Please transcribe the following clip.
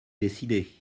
décider